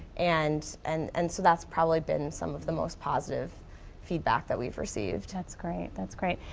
and and and so that's probably been some of the most positive feedback that we've received. that's great, that's great.